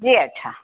جی اچھا